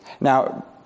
Now